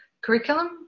curriculum